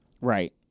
right